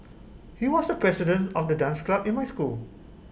he was the president of the dance club in my school